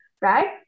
right